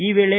ಈ ವೇಳೆ